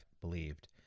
believed